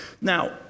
Now